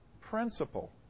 principle